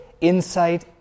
insight